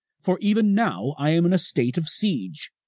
for even now i am in a state of siege,